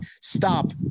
stop